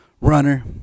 runner